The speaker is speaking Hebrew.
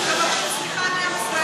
סליחה לעם ישראל.